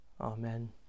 Amen